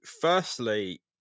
firstly